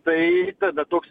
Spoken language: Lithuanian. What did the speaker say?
tai tada toks